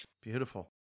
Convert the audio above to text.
Beautiful